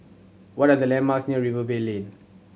what are the landmarks near Rivervale Lane